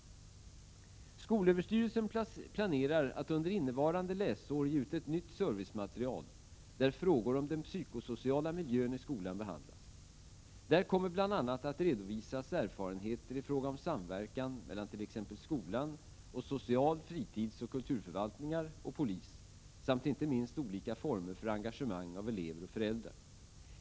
SÖ planerar att under innevarande läsår ge ut ett nytt servicematerial, där frågor om den psykosociala miljön i skolan behandlas. Där kommer bl.a. att redovisas erfarenheter i fråga om samverkan mellan t.ex. skolan och social-, fritidsoch kulturförvaltningar och polis samt inte minst olika former för engagemang av elever och föräldrar.